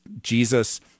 Jesus